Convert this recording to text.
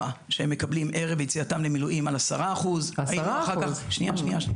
שהם מקבלים ערב יציאתם למילואים על 10%. 10%. שנייה.